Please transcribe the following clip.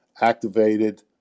activated